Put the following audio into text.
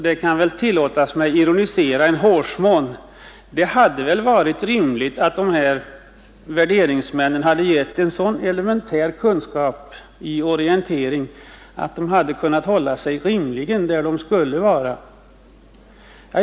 Det kan väl tillåtas mig att ironisera en hårsmån och säga att det hade varit rimligt, att dessa värderingsmän hade meddelats en så elementär kunskap i orientering att de hade kunnat hålla sig något så när inom det område som de skulle undersöka.